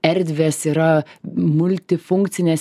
erdvės yra multifunkcinės